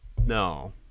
no